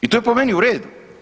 I to je po meni u redu.